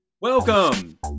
Welcome